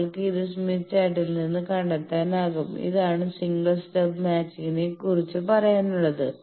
നിങ്ങൾക്ക് ഇത് സ്മിത്ത് ചാർട്ടിൽ നിന്ന് കണ്ടെത്താനാകും ഇതാണ് സിംഗിൾ സ്റ്റബ് മാച്ചിങ്നെ കുറിച്ച് പറയാനുള്ളത്